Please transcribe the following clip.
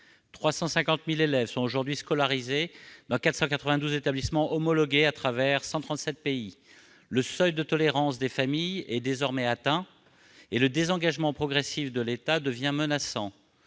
350 000 élèves sont scolarisés dans 492 établissements homologués à travers 137 pays. Le seuil de tolérance des familles est désormais atteint et le désengagement progressif de l'État devient menaçant.